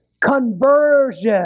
conversion